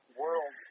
world